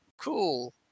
cool